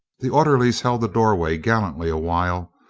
the orderlies held the doorway gallantly a while,